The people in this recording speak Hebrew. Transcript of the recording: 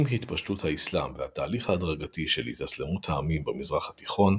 עם התפשטות האסלאם והתהליך ההדרגתי של התאסלמות העמים במזרח התיכון,